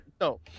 No